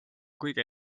kõige